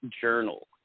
journal